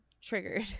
triggered